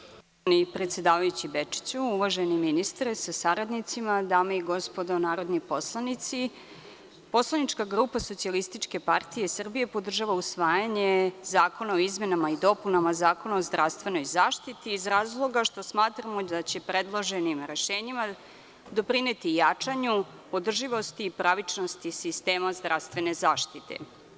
Uvaženi predsedavajući Bečiću, uvaženi ministre sa saradnicima, dame i gospodo narodni poslanici, poslanička grupa SPS podržava usvajanje Zakona o izmenama i dopunama Zakona o zdravstvenoj zaštiti iz razloga što smatramo da će predloženim rešenjima doprineti jačanju održivosti i pravičnosti sistema zdravstvene zaštite.